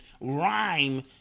rhyme